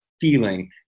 feeling